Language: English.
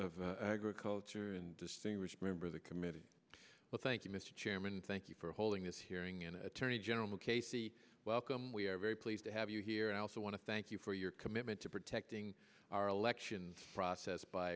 of agriculture and distinguished member of the committee well thank you mr chairman thank you for holding this hearing in attorney general casey welcome we are very pleased to have you here and i also want to thank you for your commitment to protecting our elections process by